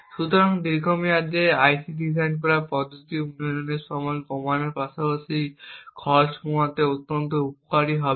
সুতরাং দীর্ঘমেয়াদে IC design করার এই পদ্ধতিটি উন্নয়নের সময় কমানোর পাশাপাশি খরচ কমাতে অত্যন্ত উপকারী হবে